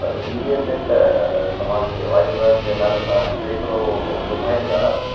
पर टीवीअ ते तव्हांखे वाईट रण जे नाले सां एतिरो लुभाईंदा